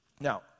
Now